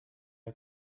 are